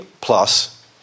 plus